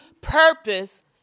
Purpose